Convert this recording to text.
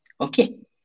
Okay